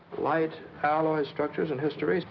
light alloy structures and hysteresis.